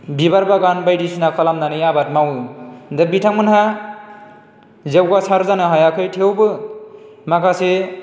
बिबार बागान बायदिसिना खालामनानै आबाद मावो दा बिथांमोनहा जौगासार जानो हायाखै थेवबो माखासे